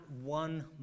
one